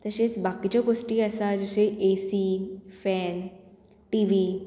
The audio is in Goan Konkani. तशेंच बाकीच्यो गोश्टी आसा जशे एसी फॅन टिवी